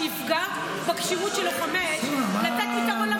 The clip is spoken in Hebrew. -- מה שיפגע בכשירות של לוחמי האש לתת פתרון למתיישבים.